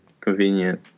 convenient